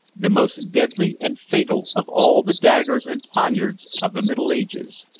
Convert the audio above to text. the most deadly and fatal of all the daggers and poignards of the middle ages.